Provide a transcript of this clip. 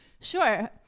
Sure